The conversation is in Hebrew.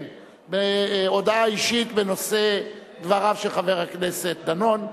בהודעה אישית בנושא דבריו של חבר הכנסת דנון.